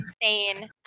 insane